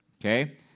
Okay